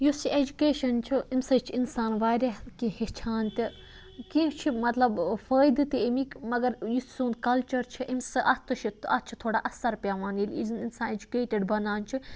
یۄس یہِ ایٚجُکیشَن چھُ امہِ سۭتۍ چھُ اِنسان واریاہ کینٛہہ ہیٚچھان تہِ کینٛہہ چھِ مَطلَب فٲیدٕ تہِ امِکۍ مگر یُس سون کَلچَر چھِ أمس اتھ تہِ چھ اتھ چھُ تھوڑا اَثَر پیٚوان ییٚلہِ اِنسان ایٚجُکیٹِڈ بَنان چھُ